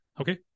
Okay